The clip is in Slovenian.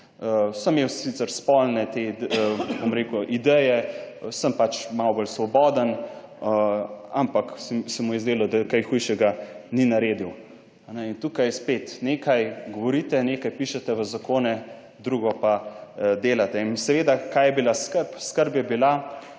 te, bom rekel, ideje, sem pač malo bolj svoboden, ampak se mu je zdelo, da kaj hujšega ni naredil.« Tukaj spet nekaj govorite, nekaj pišete v zakone, drugo pa delate. Seveda, kaj je bila skrb? Skrb je bila,